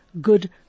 good